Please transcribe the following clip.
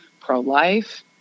pro-life